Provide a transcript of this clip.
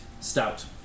stout